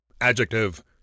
Adjective